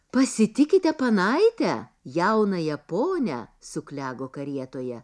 pasitikite panaitę jaunąją ponią suklego karietoje